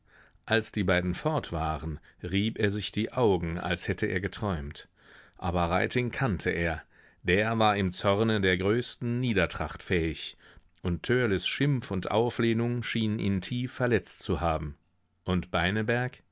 als die beiden fort waren rieb er sich die augen als hätte er geträumt aber reiting kannte er der war im zorne der größten niedertracht fähig und törleß schimpf und auflehnung schienen ihn tief verletzt zu haben und beineberg